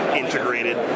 integrated